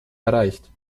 erreicht